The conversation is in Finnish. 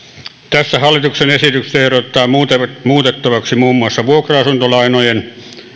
tässä hallituksen esityksessä ehdotetaan muutettavaksi muun muassa vuokra asuntolainojen